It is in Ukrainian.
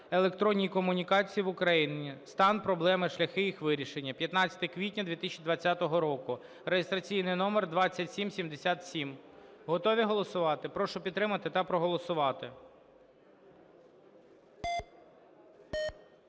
електронні комунікації в Україні: стан, проблеми, шляхи їх вирішення" (15 квітня 2020 року) (реєстраційний номер 2777). Готові голосувати? Прошу підтримати та проголосувати.